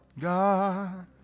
God